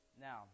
Now